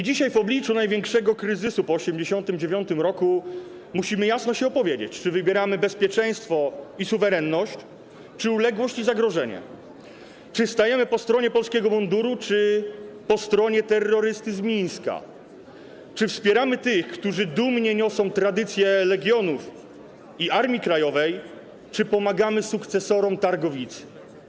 Dzisiaj, w obliczu największego kryzysu po 1989 r., musimy jasno się opowiedzieć, czy wybieramy bezpieczeństwo i suwerenność, czy uległość i zagrożenie, czy stajemy po stronie polskiego munduru, czy po stronie terrorysty z Mińska, czy wspieramy tych, którzy dumnie niosą tradycje Legionów i Armii Krajowej, czy pomagamy sukcesorom targowicy.